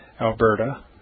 Alberta